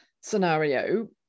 scenario